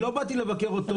אני לא באתי לבקר אותו,